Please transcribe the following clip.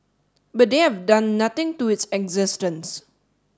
but they have done nothing to its existence